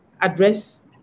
address